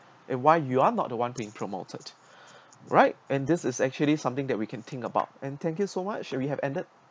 and why you are not the one being promoted right and this is actually something that we can think about and thank you so much we have ended